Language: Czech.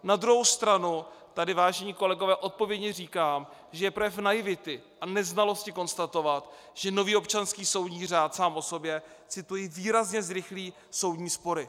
Na druhou stranu tady, vážení kolegové, odpovědně říkám, že je projev naivity a neznalosti konstatovat, že nový občanský soudní řád sám o sobě cituji výrazně zrychlí soudní spory.